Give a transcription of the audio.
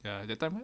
ya that time lor